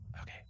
Okay